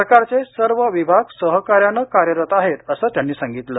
सरकारचे सर्व विभाग सहकार्यानं कार्यरत आहेत असं त्यांनी सांगितलं